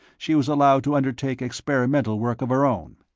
she was allowed to undertake experimental work of her own.